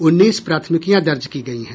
उन्नीस प्राथमिकियां दर्ज की गयी हैं